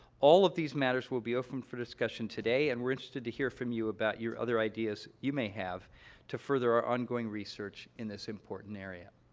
all of these matters will be open for discussion today, and we're interested to hear from you about your other ideas you may have to further our ongoing research in this important area.